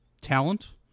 talent